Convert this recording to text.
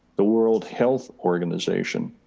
the world health organization.